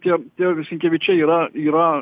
tie tie sinkevičiai yra yra